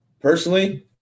personally –